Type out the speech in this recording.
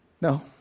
no